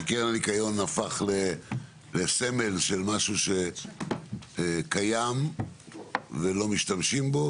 כי קרן הניקיון הפך לסמל של משהו שקיים ולא משתמשים בו,